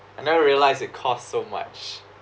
I never realised it cost so much